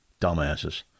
Dumbasses